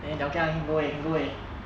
then 你要嫁 can go can go already